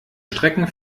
strecken